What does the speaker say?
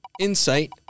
insight